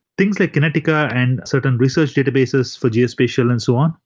things like connetica and certain research databases for geospatial and so on,